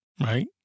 right